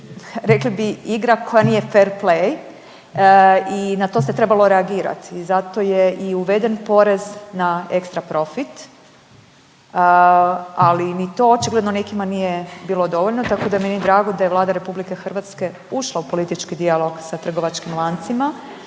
rekli bi igra koja nije fair play i na to se trebalo reagirati i zato je i uveden porez na ekstra profit, ali ni to očigledno nekima nije bilo dovoljno, tako da je meni drago da je Vlada RH ušla u politički dijalog sa trgovačkim lancima